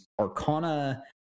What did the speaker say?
arcana